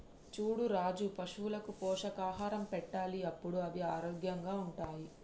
చూడు రాజు పశువులకు పోషకాహారం పెట్టాలి అప్పుడే అవి ఆరోగ్యంగా ఉంటాయి